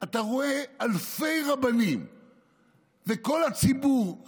ואתה רואה שאלפי רבנים וכל הציבור,